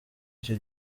icyo